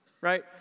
right